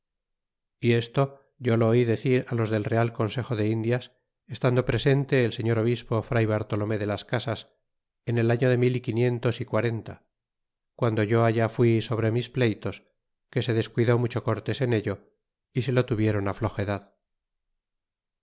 y esto yo lo oí decir á los del real consejo de indias estando presente el señor obispo fray bartolome de las casas en el año de mil y quinientos y quarenta guando yo allá fui sobre mis pleytos que se descuidó mucho cortés en ello y se lo tuvieron